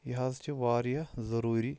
یہِ حظ چھِ واریاہ ضٔروٗری